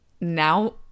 now